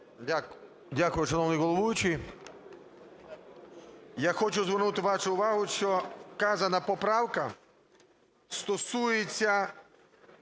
Дякую, шановний головуючий. Я хочу звернути вашу увагу, що вказана поправка стосується